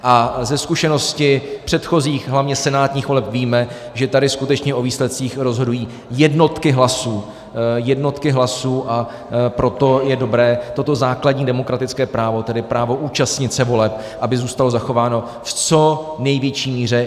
A ze zkušenosti předchozích, hlavně senátních voleb víme, že tady skutečně o výsledcích rozhodují jednotky hlasů, a proto je dobré, aby toto základní demokratické právo, tedy právo účastnit se voleb, zůstalo zachováno v co největší míře.